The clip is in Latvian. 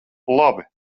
labi